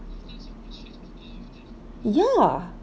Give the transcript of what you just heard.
yeah